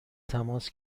تماس